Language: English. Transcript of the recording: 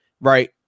right